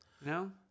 No